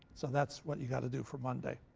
so that's what you've got to do for monday.